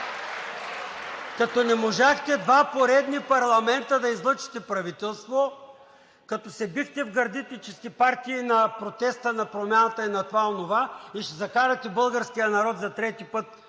Като не можахте два поредни парламента да излъчите правителство, като се бихте в гърдите, че сте партии на протеста, на промяната и на това-онова, и ще закарате българския народ за трети път